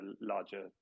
larger